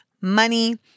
money